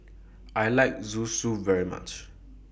I like Zosui very much